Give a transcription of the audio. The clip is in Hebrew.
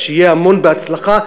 אז שיהיה המון בהצלחה,